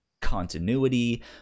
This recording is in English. continuity